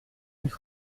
mille